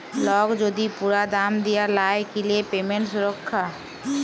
lock যদি পুরা দাম দিয়া লায় কিলে পেমেন্ট সুরক্ষা